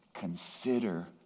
Consider